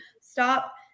stop